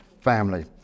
family